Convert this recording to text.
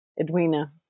Edwina